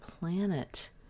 Planet